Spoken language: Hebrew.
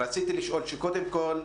קודם כל,